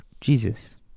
Jesus